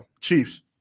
Chiefs